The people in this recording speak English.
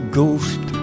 ghost